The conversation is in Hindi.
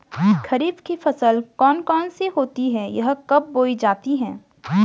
खरीफ की फसल कौन कौन सी होती हैं यह कब बोई जाती हैं?